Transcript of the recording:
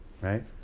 right